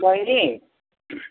बहिनी